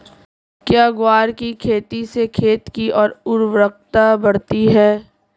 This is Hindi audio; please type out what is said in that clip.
क्या ग्वार की खेती से खेत की ओर उर्वरकता बढ़ती है?